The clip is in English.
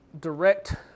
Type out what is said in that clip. direct